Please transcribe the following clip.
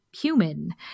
human